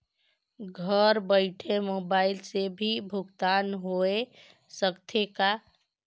घर बइठे मोबाईल से भी भुगतान होय सकथे का?